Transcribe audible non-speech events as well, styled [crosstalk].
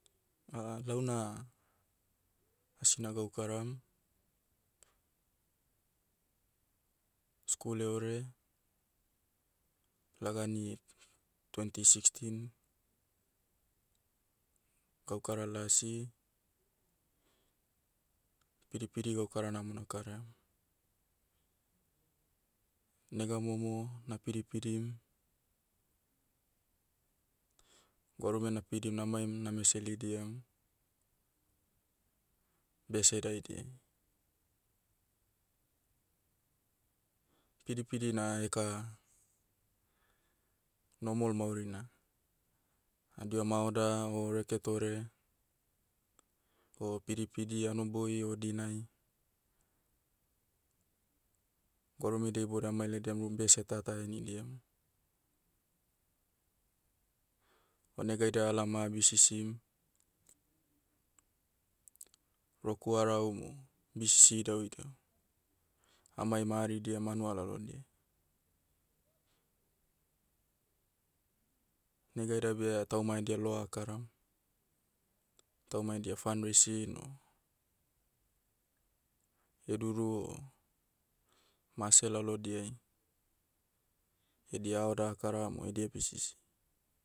[hesitation] launa, asina gaukaram. Skul eore, lagani, twenty sixteen, gaukara lasi, pidipidi gaukarana mo nakaraiam. Nega momo, na pidipidim, gwarume napidim namaim name selidiam, bese daidiai. Pidipidi na eka, normal maurina. Adihom haoda, o reke tore, o pidipidi hanoboi o dinai, gwarumedia iboudia amailaidiam rum bese tata ahenidiam. O nega haidia alaom ah bisisim, roku araum o, bisisi idauidau. Amaim aharidiam hanua lalodiai. Nega haida beh tauma edia loa akaram. Tauma edia fundraising o, heduru o, mase lalodiai, edia haoda akaram o edia bisisi.